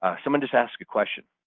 ah someone just asked a question.